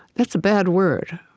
that's a bad word.